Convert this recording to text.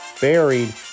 buried